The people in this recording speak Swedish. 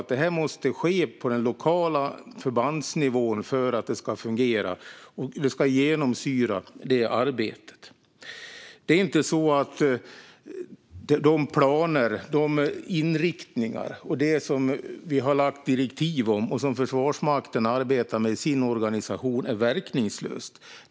Det måste ske på den lokala förbandsnivån för att det ska fungera, och det ska genomsyra det arbetet. Det är inte så att de planer och inriktningar som vi lagt direktiv om och som Försvarsmakten arbetar med i sin organisation är verkningslösa.